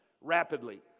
rapidly